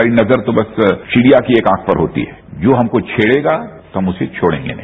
हमारी नजर तो बस चिडियां की एक आंख होती है जो हमको छेड़ेगा हम उसे छोड़ेगे नहीं